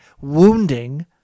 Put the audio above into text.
wounding